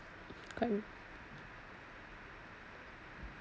quite